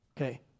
Okay